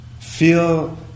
Feel